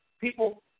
people –